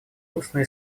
устное